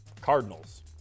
Cardinals